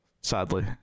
sadly